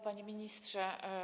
Panie Ministrze!